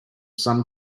some